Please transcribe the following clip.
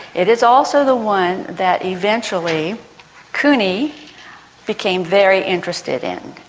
it is also the one that eventually kuni became very interested in.